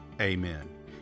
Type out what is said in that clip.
Amen